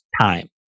time